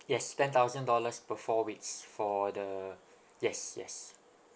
yes ten thousand dollars per four weeks for the yes yes